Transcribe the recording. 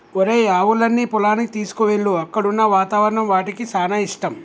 ఒరేయ్ ఆవులన్నీ పొలానికి తీసుకువెళ్ళు అక్కడున్న వాతావరణం వాటికి సానా ఇష్టం